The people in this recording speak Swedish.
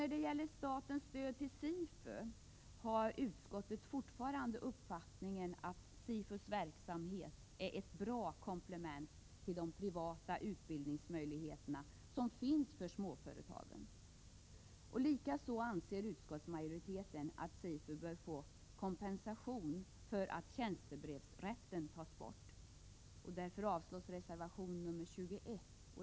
Vad beträffar statens stöd till SIFU har utskottet fortfarande den uppfattningen att SIFU:s verksamhet är ett bra komplement till de privata utbildningsmöjligheter som finns för småföretagen. Likaså anser utskottsmajoriteten att SIFU bör få kompensation för att tjänstebrevsrätten tas bort. Därför yrkas avslag på reservation 21.